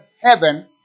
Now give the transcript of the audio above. heaven